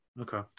Okay